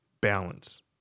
balance